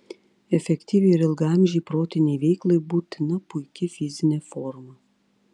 efektyviai ir ilgaamžei protinei veiklai būtina puiki fizinė forma